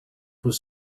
was